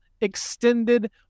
extended